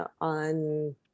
on